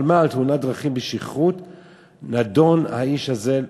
על תאונת דרכים בשכרות נידון האיש הזה,